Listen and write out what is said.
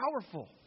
powerful